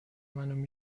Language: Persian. منو